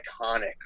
iconic